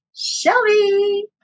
Shelby